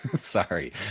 Sorry